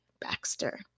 Baxter